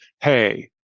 hey